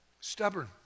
Stubborn